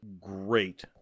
great